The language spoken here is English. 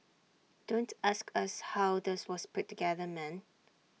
don't ask us how does was put together man